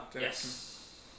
Yes